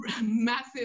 massive